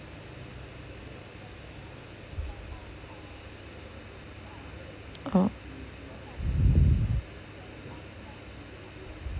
oh